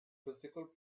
physical